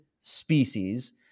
species